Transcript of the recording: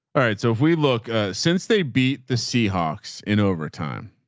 all right. so if we look since they beat the seahawks in overtime,